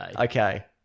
Okay